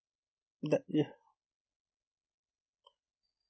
that ya